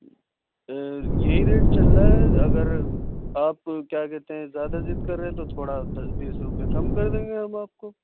یہی ریٹ چل رہا ہے اگر آپ کیا کہتے ہیں زیادہ ضد کر رہے ہیں تو تھوڑا دس بیس روپیے کم کردیں گے ہم آپ کو